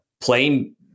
Playing